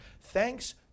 thanks